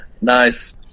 nice